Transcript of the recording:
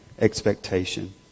expectation